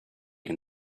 can